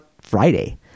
Friday